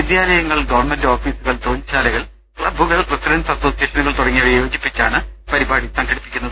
വിദ്യാലയങ്ങൾ ഗവൺമെന്റ് ഓഫീസുകൾ തൊഴിൽശാ ലകൾ ക്ലബ്ബുകൾ റസിഡൻസ് അസോസിയേഷനുകൾ തുട ങ്ങിയവയെ യോജിപ്പിച്ചാണ് പരിപാടി സംഘടിപ്പിക്കുന്നത്